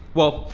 well,